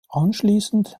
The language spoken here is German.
anschließend